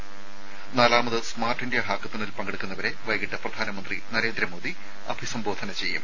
ത നാലാമത് smart India ഹാക്കത്തണിൽ പങ്കെടുക്കുന്നവരെ വൈകിട്ട് പ്രധാനമന്ത്രി നരേന്ദ്രമോദി അഭിസംബോധന ചെയ്യും